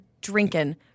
drinking